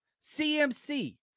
CMC